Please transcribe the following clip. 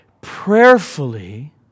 prayerfully